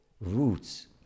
roots